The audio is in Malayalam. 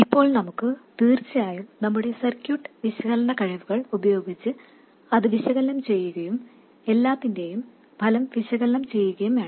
ഇപ്പോൾ നമുക്ക് തീർച്ചയായും നമ്മുടെ സർക്യൂട്ട് വിശകലന കഴിവുകൾ ഉപയോഗിച്ച് ഇത് വിശകലനം ചെയ്യുകയും എല്ലാറ്റിന്റെയും ഫലം വിശകലനം ചെയ്യുകയും വേണം